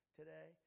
today